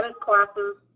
classes